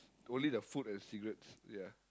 only the food and cigarettes ya